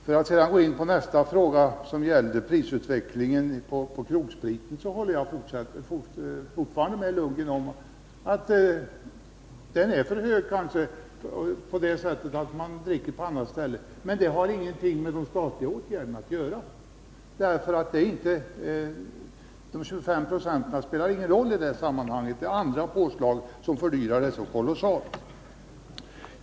För att sedan gå in på Bo Lundgrens nästa fråga — den om prisutvecklingen när det gäller krogsprit — så håller jag med Bo Lundgren om att priset kanske är för högt och att det får till följd att man dricker sprit på andra ställen. Men det har ingenting med de statliga åtgärderna att göra. De 25 procenten spelar ingen roll i det sammanhanget. Det är andra påslag som fördyrar restaurangspriten så kolossalt.